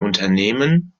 unternehmen